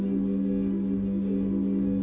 the